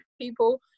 people